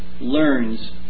learns